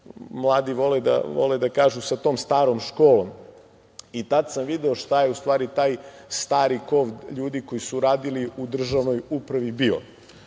mladi vole da kažu, sa tom starom školom, i tada sam vidao šta je ustvari taj stari kov ljudi koji su radili u državnoj upravi bio.